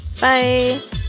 Bye